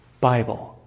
Bible